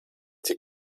dir